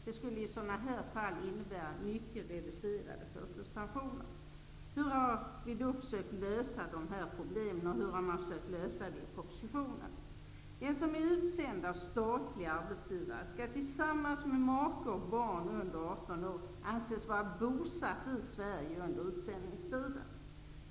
Det skulle i sådana här fall innebära mycket reducerade förtidspensioner. Hur har vi försökt lösa de här problemen? Och hur ser regeringens förslag ut? Den som är utsänd till utlandet av statlig arbetsgivare skall, tillsammans med make och barn under 18 år, anses som bosatt i Sverige under utsändningstiden.